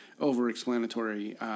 over-explanatory